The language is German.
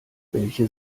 welche